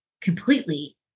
completely